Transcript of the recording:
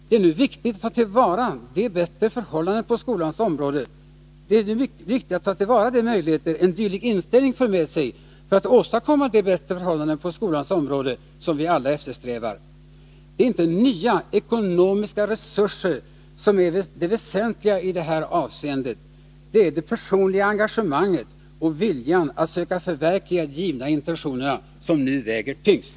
Det är nu viktigt att ta till vara de möjligheter en dylik inställning för med sig för att åstadkomma de bättre förhållanden på skolans område som vi alla eftersträvar. Det är inte nya ekonomiska resurser som är det väsentliga i det här avseendet. Det är det personliga engagemanget och viljan att söka förverkliga de givna intentionerna som nu väger tyngst.